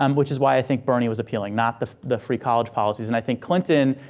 um which is why i think bernie was appealing not the the free college policies. and i think clinton,